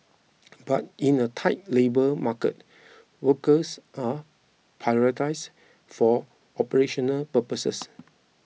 but in a tight labour market workers are prioritised for operational purposes